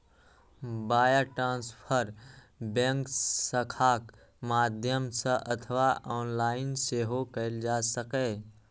wire transfer bank शाखाक माध्यम सं अथवा ऑनलाइन सेहो कैल जा सकैए